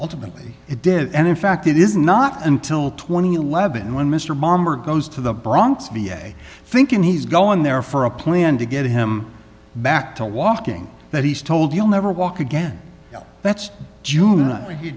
ultimately it did and in fact it is not until two thousand and eleven when mr mom or goes to the bronx v a thinking he's going there for a plan to get him back to walking that he's told you'll never walk again that's jun